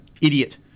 idiot